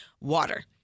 water